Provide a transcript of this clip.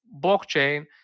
blockchain